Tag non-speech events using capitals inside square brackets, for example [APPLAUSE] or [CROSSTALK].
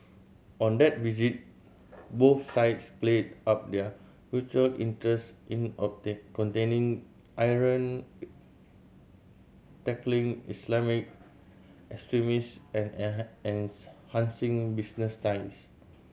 on that visit both sides played up their mutual interests in [UNINTELLIGIBLE] containing Iran tackling Islamic extremists and [UNINTELLIGIBLE] business ties